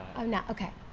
i'm not ok.